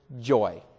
joy